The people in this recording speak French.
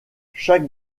chaque